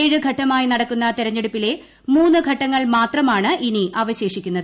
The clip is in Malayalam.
ഏഴ് ഘട്ടമായി നടക്കുന്ന തെരഞ്ഞെടുപ്പിലെ മൂന്ന് ഘട്ടങ്ങൾ മാത്രമാണ് ഇനി അവശേഷിക്കുന്നത്